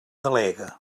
delegue